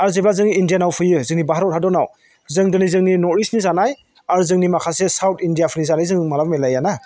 आरो जेब्ला जोंनि इण्डियाआव फैयो जोंनि भारत हादराव जों दिनै जोंनि नर्थइस्टनि जानाय आरो जोंनि माखासे साउथ इण्डियाफोरनि जानाय जों माब्लाबाबो मिलाया ना